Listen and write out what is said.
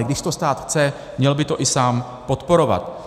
Když to stát chce, měl by to i sám podporovat.